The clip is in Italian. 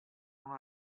una